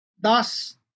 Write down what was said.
Thus